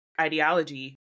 ideology